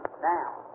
now